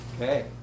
Okay